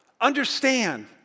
understand